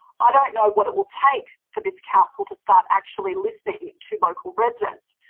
i don't know what it will take for this council to start actually listening to local residents.